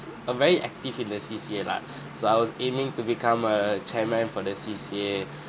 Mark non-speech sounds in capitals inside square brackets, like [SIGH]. uh very active in the C_C_A life [BREATH] so I was aiming to become a chairman for the C_C_A